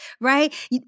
right